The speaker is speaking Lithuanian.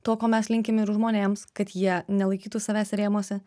to ko mes linkim ir žmonėms kad jie nelaikytų savęs rėmuose